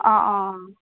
অঁ অঁ